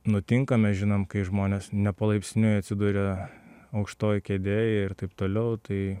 nutinka mes žinom kai žmonės nepalaipsniui atsiduria aukštoj kėdėj ir taip toliau tai